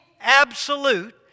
absolute